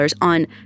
on